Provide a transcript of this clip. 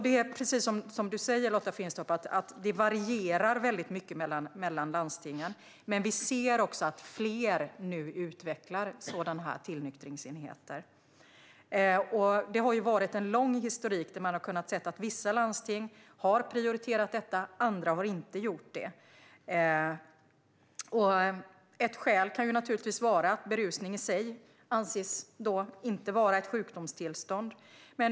Det är precis som du säger, Lotta Finstorp: Det varierar väldigt mycket mellan landstingen. Men vi ser att fler nu utvecklar sådana här tillnyktringsenheter. Det har varit en lång historik där man har kunnat se att vissa landsting har prioriterat detta medan andra inte har gjort det. Ett skäl kan naturligtvis vara att berusning i sig inte anses vara ett sjukdomstillstånd.